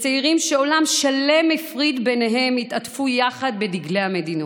וצעירים שעולם שלם הפריד ביניהם התעטפו יחד בדגלי המדינות,